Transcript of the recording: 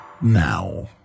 now